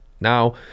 now